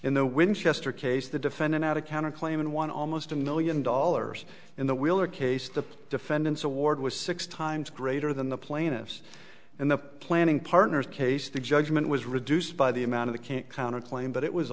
in the winchester case the defendant out of counter claim in one almost a million dollars in the will or case the defendant's award was six times greater than the plaintiffs in the planning partner's case the judgment was reduced by the amount of the can't counter claim but it was